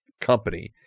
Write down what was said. company